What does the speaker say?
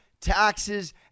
taxes